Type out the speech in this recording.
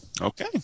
Okay